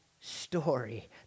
story